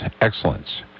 excellence